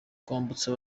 kwambutsa